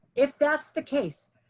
if that's the case.